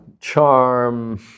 Charm